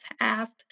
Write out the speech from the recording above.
asked